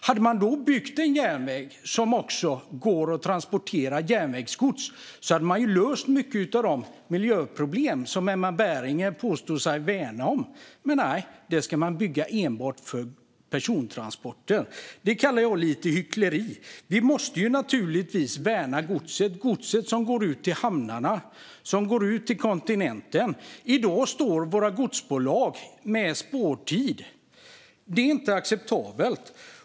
Om man då hade byggt en järnväg som det också går att transportera järnvägsgods på hade man löst många av de miljöproblem som Emma Berginger påstår sig värna om att lösa. Men nej, detta ska man bygga enbart för persontransporter. Det kallar jag lite hyckleri. Vi måste naturligtvis värna godset, godset som går ut till hamnarna och ut till kontinenten. I dag står våra godsbolag med spårtid. Det är inte acceptabelt.